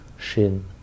Shin